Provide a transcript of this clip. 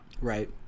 Right